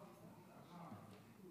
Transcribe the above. בבקשה, עד שלוש